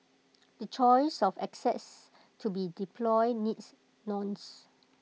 the choice of assets to be deployed needs nuanced